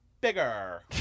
Bigger